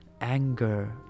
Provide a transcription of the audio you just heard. anger